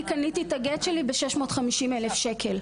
אני קניתי את הגט שלי ב-650,000 שקלים.